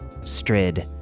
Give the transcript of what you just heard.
Strid